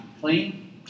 clean